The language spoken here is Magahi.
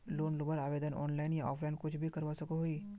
लोन लुबार आवेदन ऑनलाइन या ऑफलाइन कुछ भी करवा सकोहो ही?